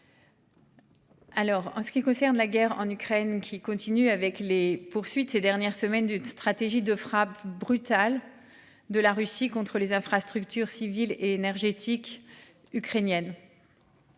en ce qui concerne la guerre en Ukraine qui continue avec les poursuites, ces dernières semaines d'une stratégie de frappe brutale de la Russie contre les infrastructures civiles énergétiques ukrainiennes.--